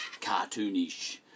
cartoonish